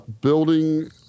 building